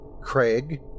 Craig